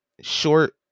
Short